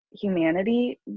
humanity